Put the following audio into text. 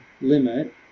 limit